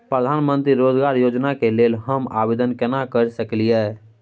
प्रधानमंत्री रोजगार योजना के लेल हम आवेदन केना कर सकलियै?